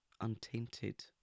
untainted